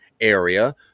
area